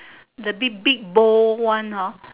the big big bowl one hor